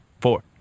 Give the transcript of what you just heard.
four